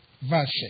verse